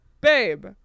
Babe